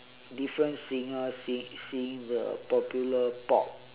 different singers sing singing the popular pop